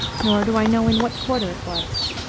nor do i know in what quarter it was.